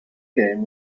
game